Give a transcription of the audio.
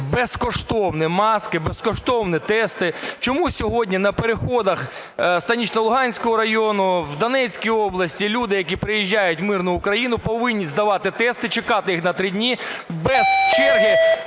Безкоштовні маски, безкоштовні тести. Чому сьогодні на переходах Станично-Луганського району, у Донецькій області люди, які приїжджають у мирну Україну, повинні здавати тест і чекати їх три дні, без черги